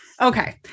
Okay